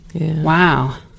wow